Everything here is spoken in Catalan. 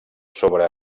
sobre